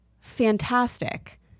fantastic